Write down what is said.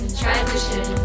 transition